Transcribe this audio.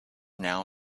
now